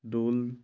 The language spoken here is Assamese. দৌল